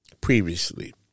previously